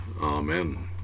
Amen